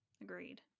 agreed